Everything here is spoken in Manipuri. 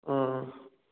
ꯑꯥ